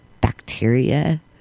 bacteria